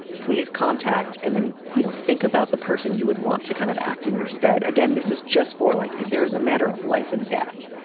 please contact and then you know think about the person you would want to kind of act in your stead. again, this is just for like if there is a matter of life and death.